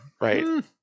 Right